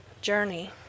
journey